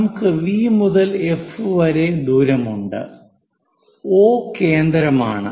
നമുക്ക് V മുതൽ F വരെ ദൂരമുണ്ട് O കേന്ദ്രമാണ്